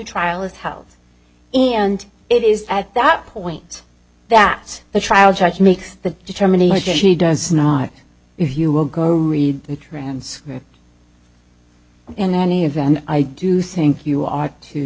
trial is held in and it is at that point that the trial judge makes the determination he does not if you will go read the transcript in any event i do think you